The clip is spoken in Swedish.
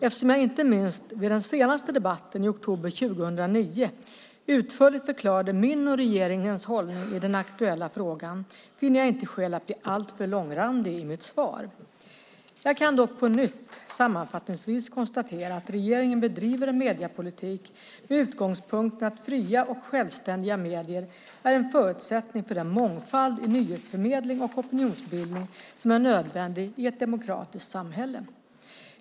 Eftersom jag inte minst vid den senaste debatten, i oktober 2009, utförligt förklarade min och regeringens hållning i den aktuella frågan, finner jag inte skäl att bli alltför långrandig i mitt svar. Jag kan dock på nytt sammanfattningsvis konstatera att regeringen bedriver en mediepolitik med utgångspunkten att fria och självständiga medier är en förutsättning för den mångfald i nyhetsförmedling och opinionsbildning som är nödvändig i ett demokratiskt samhälle.